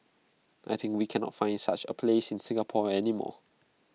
I think we cannot find such A place in Singapore any more